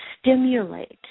stimulate